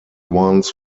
ones